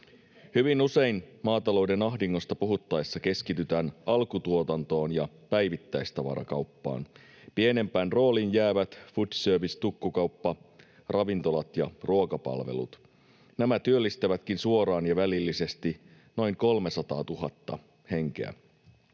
Hyvin usein maatalouden ahdingosta puhuttaessa keskitytään alkutuotantoon ja päivittäistavarakauppaan. Pienempään roolin jäävät foodservice-tukkukauppa, ravintolat ja ruokapalvelut. Nämä työllistävätkin suoraan ja välillisesti noin 300 000 henkeä.